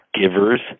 givers